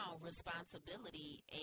responsibility